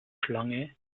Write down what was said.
schlange